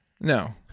No